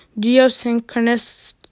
geosynchronous